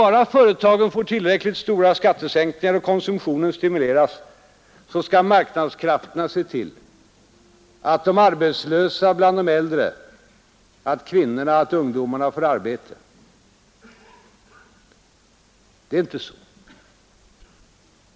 Om bara företagen får tillräckligt stora skattesänkningar och konsumtionen stimuleras skall marknadskrafterna se till att de arbetslösa bland de äldre, kvinnorna och ungdomarna får arbete, Det är inte så.